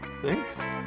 Thanks